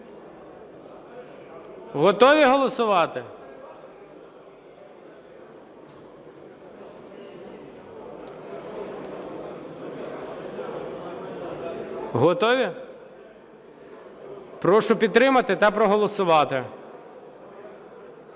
Готові голосувати? Готові? Прошу підтримати та проголосувати.